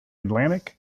atlantic